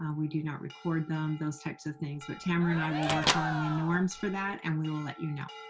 um we do not record them, those types of things, but tamara and i will work on the norms for that and we will let you know.